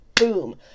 Boom